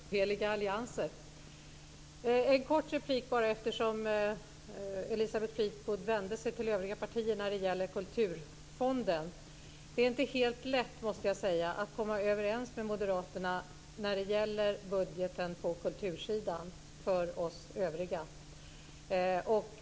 Fru talman! Det är alltid trevligt med oheliga allianser! Jag vill göra en kort replik bara, eftersom Elisabeth Fleetwood vände sig till övriga partier när det gäller kulturfonden. Det är inte helt lätt, måste jag säga, att komma överens med moderaterna när det gäller budgeten på kultursidan för oss övriga.